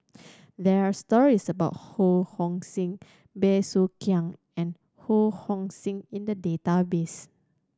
there are stories about Ho Hong Sing Bey Soo Khiang and Ho Hong Sing in the database